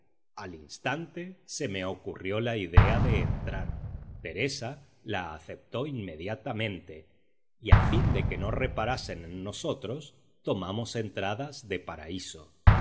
al instante se me ocurrió la idea de entrar teresa la aceptó inmediatamente y a fin de que no reparasen en nosotros tomamos entradas de paraíso